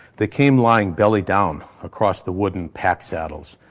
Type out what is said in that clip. they came lying, belly down, across the wooden pad saddles.